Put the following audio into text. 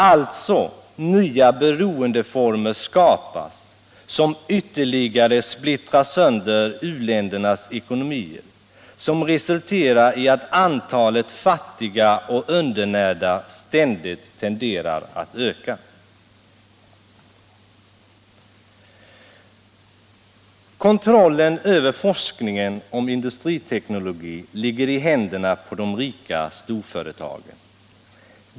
Alltså: nya beroendeformer skapas som ytterligare splittrar sönder u-ländernas ekonomier, som re 10 sulterar i att antalet fattiga och undernärda ständigt tenderar att öka. Kontrollen över forskningen om irdustriteknologi ligger i händerna på de rika storföretagen.